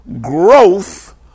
growth